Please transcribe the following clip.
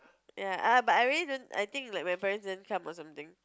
ya I but I really don't I think like my parents didn't come or something